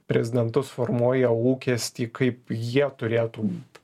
prezidentus formuoja lūkestį kaip jie turėtų